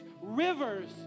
rivers